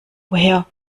woher